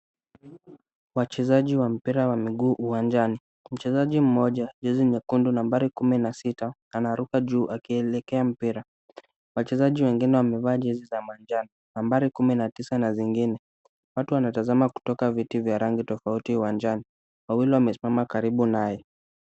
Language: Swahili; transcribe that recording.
Wachezaji wa mpira wa miguu uwanjano, mchezaji mmoja, jersey nyekundu nambari kumi na sita na naruka juu akielekea mpira, wachezaji wengine wameva jersey za manjano, nambari 19 na zingine, watu wanatazama kutoka viti vya rangi tofauti wa njano. wawili wamesimama karibu naye.